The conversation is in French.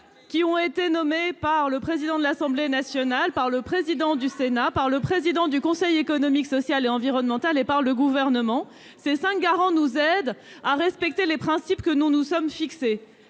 qui ont été nommés par le président de l'Assemblée nationale, par le président du Sénat, par le président du Conseil économique, social et environnemental et par le Gouvernement. Ces cinq personnes nous aident à respecter les principes que nous nous sommes fixés.